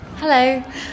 Hello